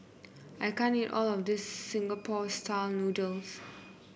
I can't eat all of this Singapore style noodles